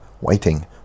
waiting